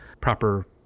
proper